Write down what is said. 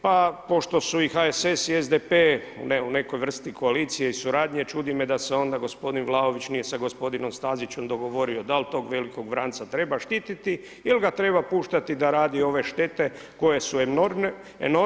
Pa pošto su i HSS i SDP u nekoj vrsti koalicije i suradnje ćudi me da se onda gospodin Vlaović nije sa gospodinom Stazićem dogovorio da li tog vranca treba štiti ili ga treba puštati da radi ove štete koje su enormne.